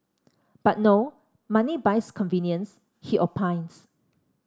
but no money buys convenience he opines